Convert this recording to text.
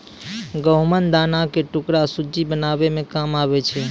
गहुँम दाना के टुकड़ा सुज्जी बनाबै मे काम आबै छै